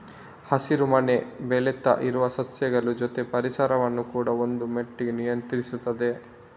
ಹಸಿರು ಮನೆ ಬೆಳೀತಾ ಇರುವ ಸಸ್ಯಗಳ ಜೊತೆ ಪರಿಸರವನ್ನ ಕೂಡಾ ಒಂದು ಮಟ್ಟಿಗೆ ನಿಯಂತ್ರಿಸ್ತದೆ